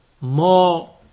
more